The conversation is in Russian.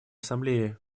ассамблеи